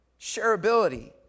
Shareability